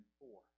four